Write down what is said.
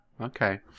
Okay